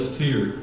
fear